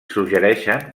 suggereixen